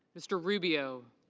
mr. rubio.